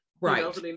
Right